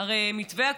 הרי מתווה הכותל,